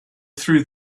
through